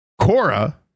Cora